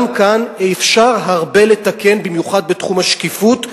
גם כאן אפשר הרבה לתקן, במיוחד בתחום השקיפות.